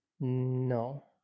No